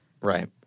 Right